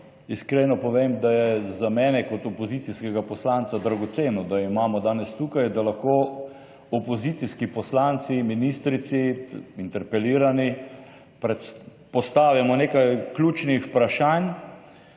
iskreno povem, da je za mene kot opozicijskega poslanca dragoceno, da imamo danes tukaj, da lahko opozicijski poslanci ministrici interpelirani postavimo nekaj ključnih vprašanj,